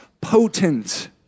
potent